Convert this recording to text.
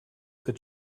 that